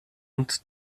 uns